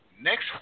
next